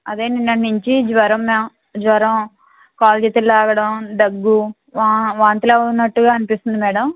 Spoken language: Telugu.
అదే నిన్నటి నుంచి జ్వరంగా జ్వరం కాళ్ళు చేతులు లాగడం దగ్గు వా వాంతులు అవుతున్నట్టుగా అనిపిస్తుంది మేడం